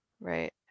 Right